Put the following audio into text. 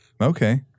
Okay